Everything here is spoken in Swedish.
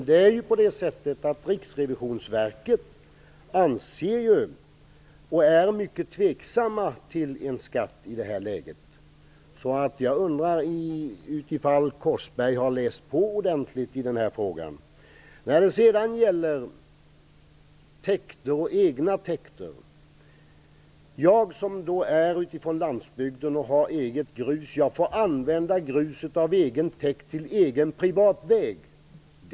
Herr talman! Det är faktiskt så att Riksrevisionsverket är mycket tveksamt till en skatt i det här läget, så jag undrar om Ronny Korsberg verkligen har läst på ordentligt i den här frågan. Jag skall så kommentera frågan om egna täkter. Jag, som kommer från landsbygden och har eget grus, får använda grus från egen täkt till egen privat väg.